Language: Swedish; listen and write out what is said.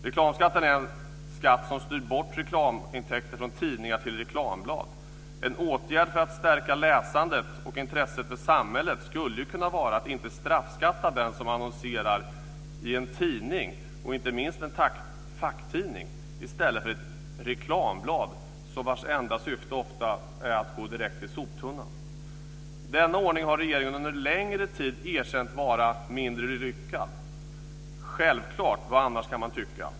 Reklamskatten är en skatt som styr bort reklamintäkter från tidningar till reklamblad. En åtgärd för att stärka läsandet och intresset för samhället skulle kunna vara att inte straffskatta den som annonserar i en tidning, inte minst en facktidning, i stället för ett reklamblad vars enda syfte ofta är att gå direkt i soptunnan. Denna ordning har regeringen under en längre tid erkänt vara mindre lyckad. Självklart, vad annars kan man tycka!